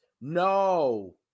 No